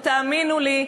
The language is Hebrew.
ותאמינו לי,